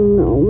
no